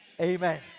Amen